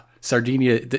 sardinia